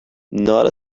not